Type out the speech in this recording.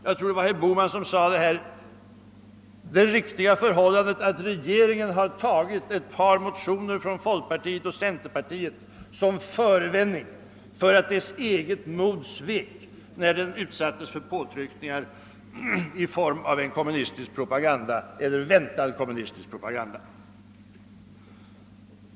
Jag tror det var herr Bohman som sade, att det riktiga förhållandet är att regeringen tagit ett par motioner från folkpartiet och centerpartiet som förevändning när dess eget mod svek och den utsattes för påtryckningar i form av en väntad kommunistisk propaganda.